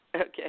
Okay